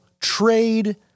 trade